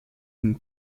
une